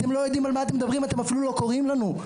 אתם אפילו לא קוראים לנו.